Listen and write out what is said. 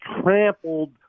trampled